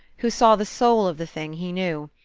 who saw the soul of the thing, he knew.